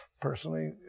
personally